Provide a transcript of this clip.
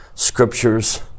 Scriptures